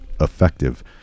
effective